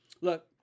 look